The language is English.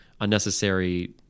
unnecessary